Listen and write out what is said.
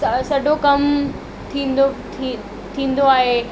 सॼो कमु थींदो थी थींदो आहे